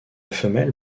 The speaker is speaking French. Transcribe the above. femelle